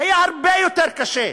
היה הרבה יותר קשה.